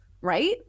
Right